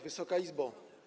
Wysoka Izbo!